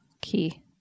key